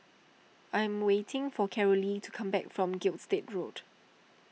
I am waiting for Carolee to come back from Gilstead Road